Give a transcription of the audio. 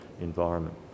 environment